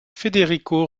federico